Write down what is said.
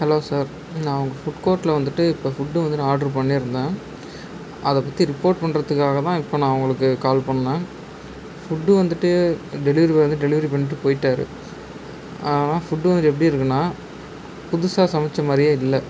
hello sir நான் உங்கள் food கோட்ல வந்துட்டு இப்போ ஃபுட்டு வந்து நான் ஆட்ரு பண்ணிருந்தேன் அதை பற்றி ரிப்போர்ட் பண்ணுறதுக்காகதான் இப்போ நான் உங்களுக்கு கால் பண்ணேன் ஃபுட்டு வந்துட்டு டெலிவரி பாய் வந்து டெலிவரி பண்ணிட்டு போயிட்டார் ஆனால் ஃபுட்டு வந்துட்டு எப்படி இருக்குதுனா புதுசாக சமைச்ச மாதிரியே இல்லை